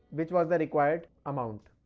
which was the required amount.